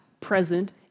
present